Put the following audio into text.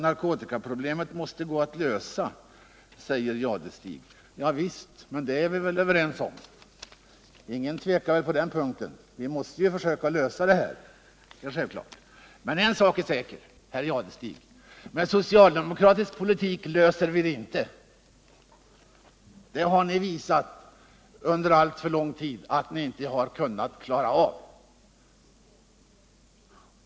Narkotikaproblemet måste gå att lösa, säger Thure Jadestig. Javisst, det är vi väl överens om, ingen tvekar på den punkten. Men en sak är säker, Thure Jadestig — med socialdemokratisk politik löser vi det inte. Ni har visat under alltför lång tid att ni inte har kunnat klara av det.